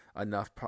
enough